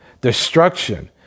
destruction